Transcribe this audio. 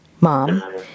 mom